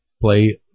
play